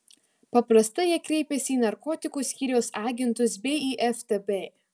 paprastai jie kreipiasi į narkotikų skyriaus agentus bei į ftb